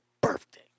birthday